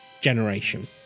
generation